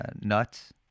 nuts